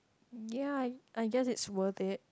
ya I I guess it's worth it